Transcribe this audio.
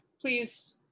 please